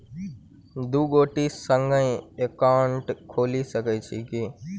दु गोटे संगहि एकाउन्ट खोलि सकैत छथि की?